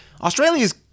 Australia's